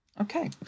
Okay